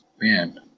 man